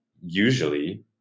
usually